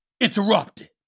interrupted